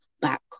back